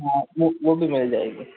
हाँ वो वो भी मिल जाएगी